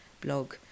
blog